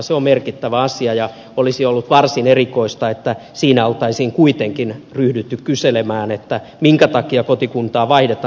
se on merkittävä asia ja olisi ollut varsin erikoista että siinä olisi kuitenkin ryhdytty kyselemään minkä takia kotikuntaa vaihdetaan